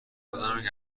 کدامیک